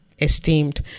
esteemed